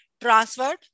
transferred